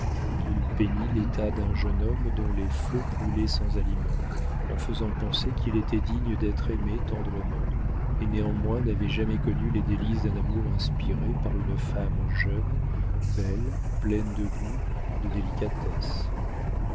il peignit l'état d'un jeune homme dont les feux brûlaient sans aliment en faisant penser qu'il était digne d'être aimé tendrement et néanmoins n'avait jamais connu les délices d'un amour inspiré par une femme jeune belle pleine de goût de délicatesse